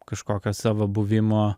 kažkokio savo buvimo